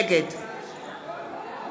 נגד